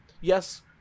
Yes